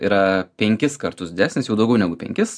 yra penkis kartus didesnis jau daugiau negu penkis